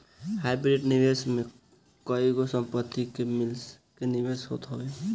hybrid निवेश में कईगो सह संपत्ति के मिला के निवेश होत हवे